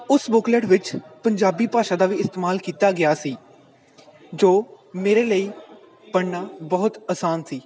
ਉਸ ਬੁੱਕਲੈਟ ਵਿੱਚ ਪੰਜਾਬੀ ਭਾਸ਼ਾ ਦਾ ਵੀ ਇਸਤੇਮਾਲ ਕੀਤਾ ਗਿਆ ਸੀ ਜੋ ਮੇਰੇ ਲਈ ਪੜ੍ਹਨਾ ਬਹੁਤ ਆਸਾਨ ਸੀ